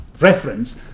reference